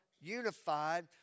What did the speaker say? unified